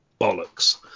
bollocks